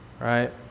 Right